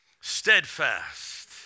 Steadfast